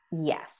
yes